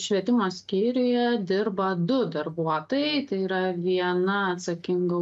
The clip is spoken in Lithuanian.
švietimo skyriuje dirba du darbuotojai tai yra viena atsakinga